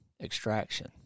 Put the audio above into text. extraction